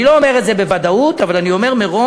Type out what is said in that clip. אני לא אומר את זה בוודאות, אבל אני אומר מראש,